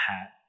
hat